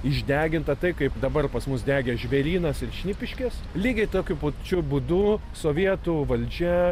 išdeginta tai kaip dabar pas mus degė žvėrynas ir šnipiškės lygiai tokiu pačiu būdu sovietų valdžia